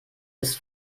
ist